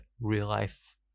real-life